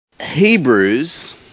Hebrews